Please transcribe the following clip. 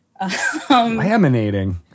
Laminating